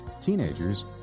teenagers